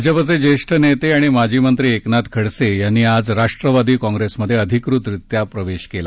भाजपाचे ज्येष्ठ नेते आणि माजी मंत्री एकनाथ खडसे यांनी आज राष्ट्रवादी काँग्रेसमधे अधिकृतरित्या प्रवेश केला